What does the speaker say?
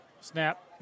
Snap